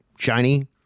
Shiny